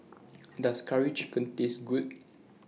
Does Curry Chicken Taste Good